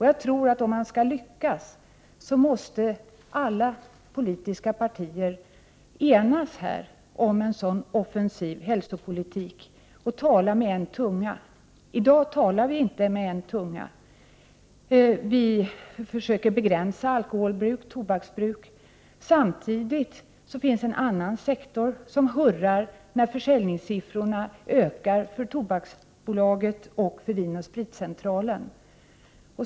Jag tror att om vi skall lyckas måste alla politiska partier enas om en sådan offensiv hälsopolitik och tala med en tunga. I dag talar vi inte med en tunga. Vi försöker begränsa alkoholbruk och tobaksbruk, men samtidigt finns en sektor som hurrar när försäljningssiffrorna pekar uppåt för Tobaksbolaget och Vin & Spritcentralen.